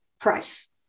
price